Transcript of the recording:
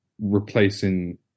replacing